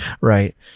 Right